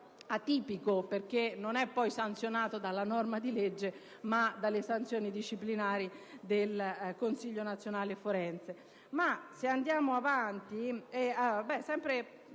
atipico, perché non è poi sanzionato dalla norma di legge, ma dalle sanzioni disciplinari del Consiglio nazionale forense.